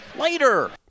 Later